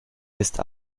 ist